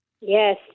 Yes